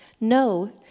No